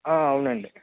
అవునండి